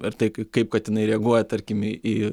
ir taip kaip katinai reaguoja tarkim į